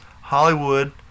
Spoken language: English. Hollywood